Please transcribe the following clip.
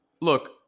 look